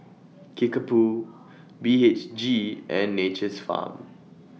Kickapoo B H G and Nature's Farm